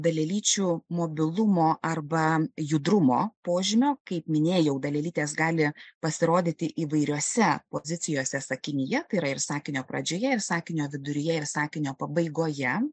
dalelyčių mobilumo arba judrumo požymio kaip minėjau dalelytės gali pasirodyti įvairiose pozicijose sakinyje yra ir sakinio pradžioje ir sakinio viduryje ir sakinio pabaigoje